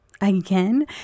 Again